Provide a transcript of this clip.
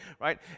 right